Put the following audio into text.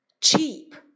cheap